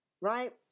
Right